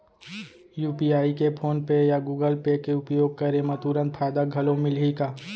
UPI के PhonePe या Google Pay के उपयोग करे म तुरंत फायदा घलो मिलही का?